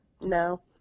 No